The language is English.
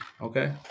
okay